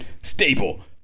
staple